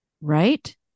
Right